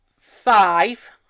five